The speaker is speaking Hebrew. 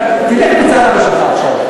תלך מצד אבא שלך עכשיו.